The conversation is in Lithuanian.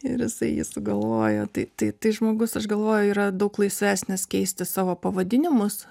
ir jis sugalvojo tai tai tai žmogus aš galvoju yra daug laisvesnis keisti savo pavadinimus